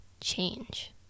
change